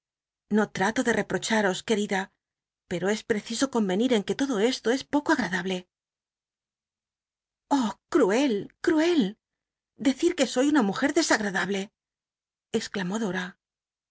no trato de reprocharos c uerida pci'o es preciso convenir en que todo esto es poco agradable oh cruel cruel decir que soy una mujcl desagradable exclamó dora